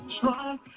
try